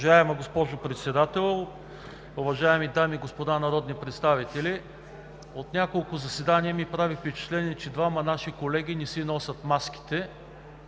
Уважаема госпожо Председател, уважаеми дами и господа народни представители! От няколко заседания ми прави впечатление, че двама наши колеги не си носят маските,